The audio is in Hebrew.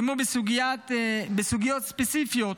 כמו בסוגיות ספציפיות